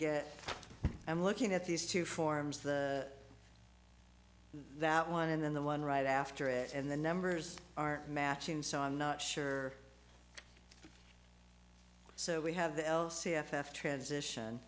get i'm looking at these two forms the that one and then the one right after it and the numbers are matching so i'm not sure so we have the l c f f transition